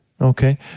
Okay